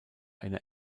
einer